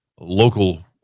local